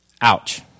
Ouch